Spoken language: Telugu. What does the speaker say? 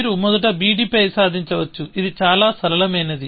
మీరు మొదట bd పై సాధించవచ్చు ఇది చాలా సరళమైనది